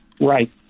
Right